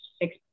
six